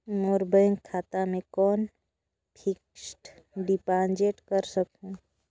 मोर bank खाता मे कौन फिक्स्ड डिपॉजिट कर सकहुं?